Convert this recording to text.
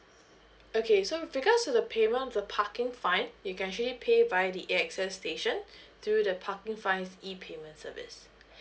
okay so with regards to the payment of the parking fine you can actually pay by the A_X_S station through the parking fines E payments service